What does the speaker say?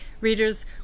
readers